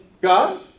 God